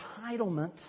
entitlement